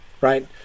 right